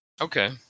Okay